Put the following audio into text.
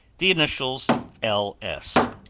the initials l s,